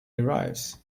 arrives